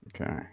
Okay